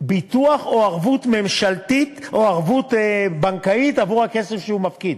ביטוח או ערבות ממשלתית או ערבות בנקאית עבור הכסף שהוא מפקיד.